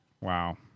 Wow